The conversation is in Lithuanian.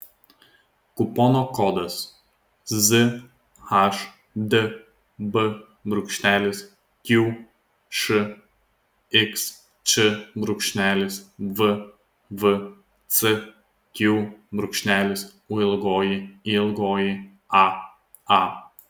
kupono kodas zhdb qšxč vvcq ūyaa